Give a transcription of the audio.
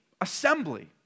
assembly